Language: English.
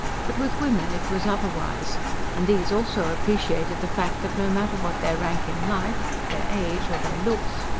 but with women it was otherwise and these also appreciated the fact that, no matter what their rank in life, their age or their looks,